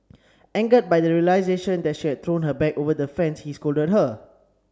angered by the realisation that she had thrown her bag over the fence he scolded her